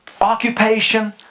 Occupation